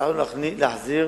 הצלחנו להחזיר